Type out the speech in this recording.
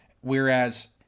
whereas